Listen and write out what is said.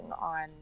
on